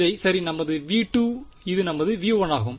இதை சரி நமது V2இது நமது V1 ஆகும்